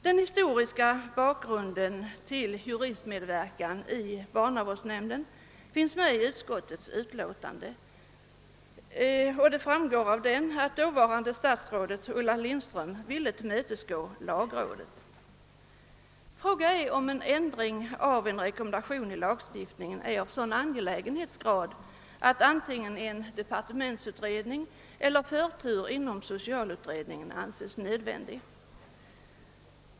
Den historiska bakgrunden till juristmedverkan i barnavårdsnämnd finns angiven i utskottets utlåtande, och det framgår att dåvarande statsrådet Ulla Lindström ville tillmötesgå lagrådet. Frågan är om en ändring av en rekommendation i lagstiftningen är av sådan angelägenhetsgrad att antingen en departementsutredning eller förtur inom socialutredningen kan anses nödvändig.